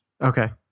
Okay